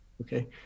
Okay